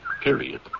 period